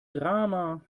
drama